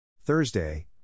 Thursday